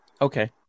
Okay